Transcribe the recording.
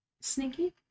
Sneaky